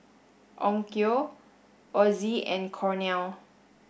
Onkyo Ozi and Cornell